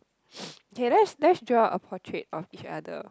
okay let's let's draw a portrait of each other